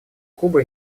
кубы